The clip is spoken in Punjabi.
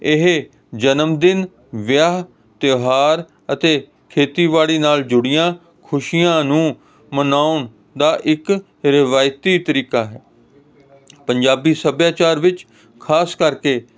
ਇਹ ਜਨਮਦਿਨ ਵਿਆਹ ਤਿਉਹਾਰ ਅਤੇ ਖੇਤੀਬਾੜੀ ਨਾਲ ਜੁੜੀਆਂ ਖੁਸ਼ੀਆਂ ਨੂੰ ਮਨਾਉਣ ਦਾ ਇੱਕ ਰਵਾਇਤੀ ਤਰੀਕਾ ਹੈ ਪੰਜਾਬੀ ਸੱਭਿਆਚਾਰ ਵਿੱਚ ਖਾਸ ਕਰਕੇ